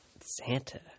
Santa